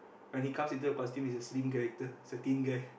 when he comes into the costumes his a slim character his a thin guy